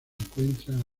encuentra